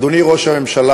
אדוני ראש הממשלה,